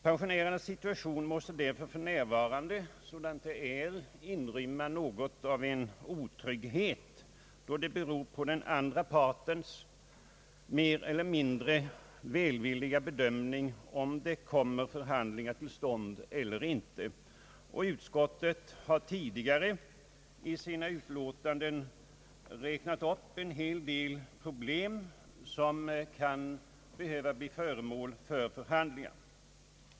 Pensionärernas situation sådan den för närvarande ter sig måste därför inrymma någonting av en otrygghet, då det beror på den andra partens mer eller mindre välvilliga bedömning, om förhandlingar kommer till stånd eller inte. Utskottet har i sina tidigare utlåtanden räknat upp en hel del problem som kan behöva bli föremål för förhandlingar.